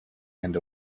and